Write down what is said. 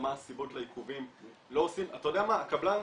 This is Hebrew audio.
כלומר חוץ מהאס.אמ.אס הזה שקיבלתי,